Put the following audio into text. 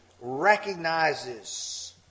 recognizes